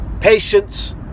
patience